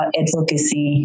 advocacy